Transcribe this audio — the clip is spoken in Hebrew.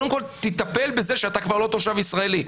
קודם כל תטפל בזה שאתה כבר לא תושב ישראלי.